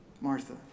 Martha